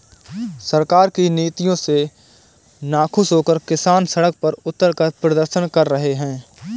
सरकार की नीतियों से नाखुश होकर किसान सड़क पर उतरकर प्रदर्शन कर रहे हैं